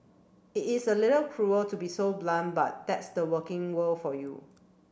it is a little cruel to be so blunt but that's the working world for you